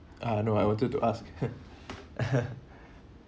uh no I wanted to ask